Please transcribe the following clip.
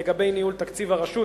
לגבי ניהול תקציב הרשות.